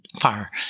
fire